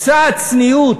קצת צניעות.